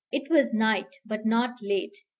it was night, but not late,